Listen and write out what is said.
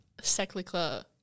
secular